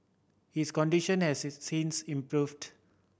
his condition has since improved